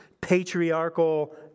patriarchal